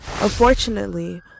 Unfortunately